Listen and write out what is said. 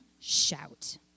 shout